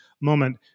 moment